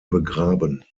begraben